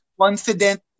confident